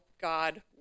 God